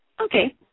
Okay